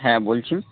হ্যাঁ বলছি